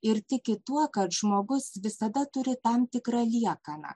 ir tiki tuo kad žmogus visada turi tam tikrą liekaną